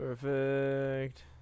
Perfect